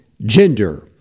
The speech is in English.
gender